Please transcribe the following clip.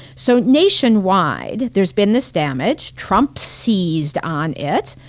so nationwide, there's been this damage. trump seized on it.